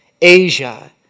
Asia